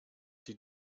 die